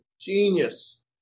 genius